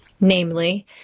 Namely